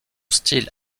style